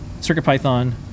CircuitPython